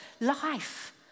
life